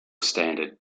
standard